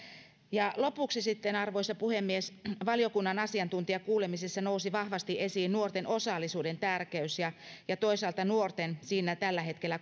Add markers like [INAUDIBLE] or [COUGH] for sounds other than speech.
ja lopuksi sitten arvoisa puhemies valiokunnan asiantuntijakuulemisissa nousi vahvasti esiin nuorten osallisuuden tärkeys ja ja toisaalta nuorten siinä tällä hetkellä [UNINTELLIGIBLE]